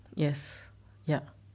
yes yup